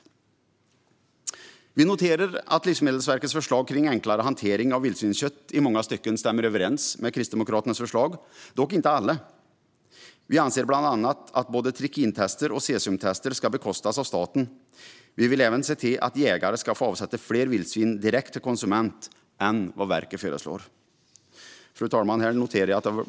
Kristdemokraterna noterar att Livsmedelsverkets förslag för enklare hantering av vildsvinskött i många stycken stämmer överens med vårt förslag, dock inte alla. Vi anser bland annat att både trikintester och cesiumtester ska bekostas av staten. Vi vill också att jägare ska få avsätta fler vildsvin direkt till konsument än Livsmedelsverket föreslår. Fru talman!